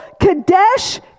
Kadesh